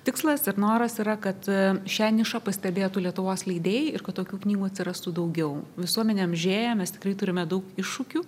tikslas ir noras yra kad šią nišą pastebėtų lietuvos leidėjai ir kad tokių knygų atsirastų daugiau visuomenė amžėja mes tikrai turime daug iššūkių